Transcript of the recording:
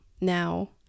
Now